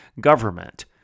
government